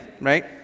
right